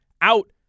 out